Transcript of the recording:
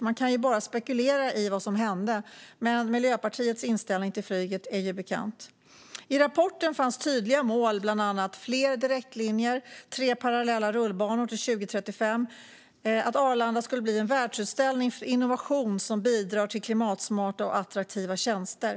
Man kan bara spekulera i vad som hände, men Miljöpartiets inställning till flyget är ju bekant. I rapporten fanns tydliga mål, bland annat om fler direktlinjer, tre parallella rullbanor till 2035 och att Arlanda skulle bli en världsutställning för innovation som bidrar till klimatsmarta och attraktiva tjänster.